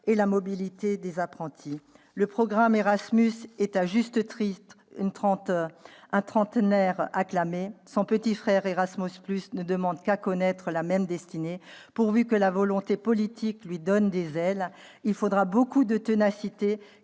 et la mobilité des apprentis. Le programme Erasmus est, à juste titre, un trentenaire acclamé. Son petit frère, « Erasmus plus », ne demande qu'à connaître la même destinée, pourvu que la volonté politique lui donne des ailes. Jean Arthuis